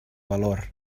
valor